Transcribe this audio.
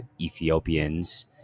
ethiopians